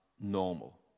normal